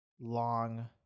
long